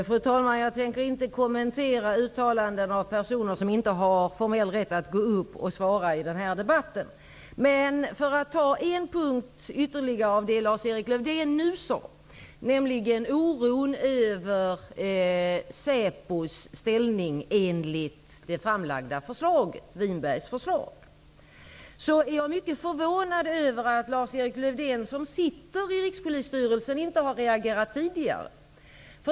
Fru talman! Jag tänker inte kommentera uttalanden av personer som inte har formell rätt att gå upp och svara i den här debatten. Jag skall ta upp en punkt ytterligare av det som Lars-Erik Lövdén nu talade om, nämligen oron över säpos ställning enligt Håkan Winbergs förslag. Jag är mycket förvånad över att Lars-Erik Lövdén, som sitter i Rikspolisstyrelsen, inte har reagerat tidigare.